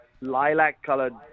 lilac-colored